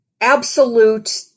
absolute